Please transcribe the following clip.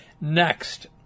Next